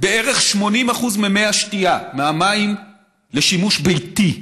בערך 80% ממי השתייה, מהמים לשימוש ביתי,